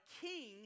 king